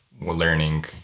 learning